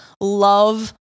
love